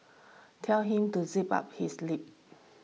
tell him to zip up his lip